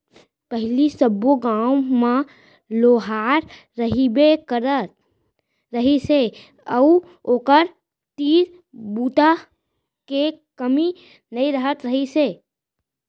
पहिली सब्बो गाँव म लोहार रहिबे करत रहिस हे अउ ओखर तीर बूता के कमी नइ रहत रहिस हे